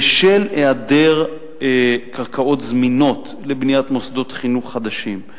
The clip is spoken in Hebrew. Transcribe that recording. בשל היעדר קרקעות זמינות לבניית מוסדות חינוך חדשים.